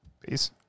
Peace